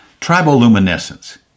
triboluminescence